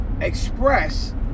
express